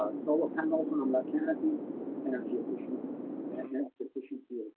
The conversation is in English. ah solar panels and on that cannot be energy efficient and efficient feel